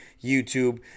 YouTube